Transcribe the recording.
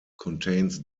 contains